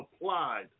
applied